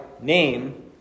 name